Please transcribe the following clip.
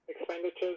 expenditures